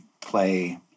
play